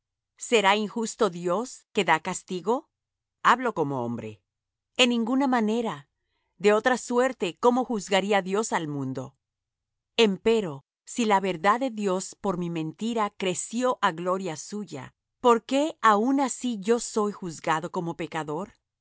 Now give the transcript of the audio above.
será injusto dios que da castigo hablo como hombre en ninguna manera de otra suerte cómo juzgaría dios el mundo empero si la verdad de dios por mi mentira creció á gloria suya por qué aun así yo soy juzgado como pecador